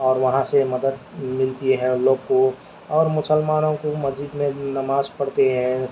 اور وہاں سے مدد ملتی ہے لوگ کو اور مسلمانوں کو مسجد میں نماز پڑھتے ہیں